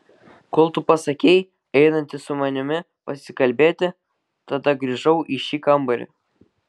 kol tu pasakei einantis su manimi pasikalbėti tada grįžau į šį kambarį